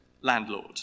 landlord